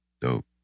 dope